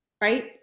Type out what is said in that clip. right